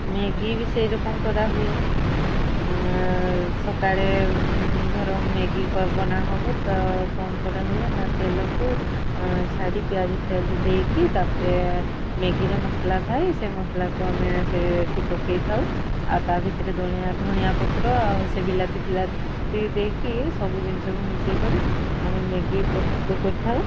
Maggi ବି ସେଇରକ କରାହୁଏ ସକାଳେ ଧର ମ୍ୟାଗି ବନା ହେବ ତ କ'ଣ କରାହୁଏ ନା ତେଲକୁ ଛାଡ଼ି ପିଆଜ ଫିଆଜ ଦେଇକି ତାପରେ ମ୍ୟାଗିରେ ମସଲା ଥାଏ ସେ ମସଲାକୁ ଆମେ ସେଠି ପକାଇଥାଉ ଆଉ ତା ଭିତରେ ଧନିଆ ପତ୍ର ଆଉ ସେ ବିଲାତି ଫିଲାତି ଦେଇକି ସବୁ ଜିନିଷକୁ ମିଶାଇକରି ଆମେ ମ୍ୟାଗି ପ୍ରସ୍ତୁତ କରିଥାଉ